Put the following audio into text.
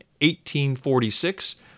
1846